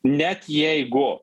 net jeigu